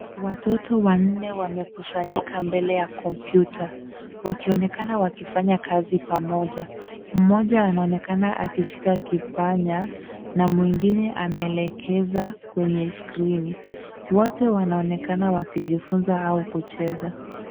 Watoto wanne wamekusanyika mbele ya kompyuta, wakionekana wakifanya kazi pamoja. Mmoja anaonekana akishika kipanya na mwingine anaelekeza kwenye skrini. Wote wanaonekana wakijifunza au kucheza.